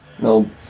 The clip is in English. No